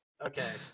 Okay